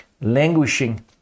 languishing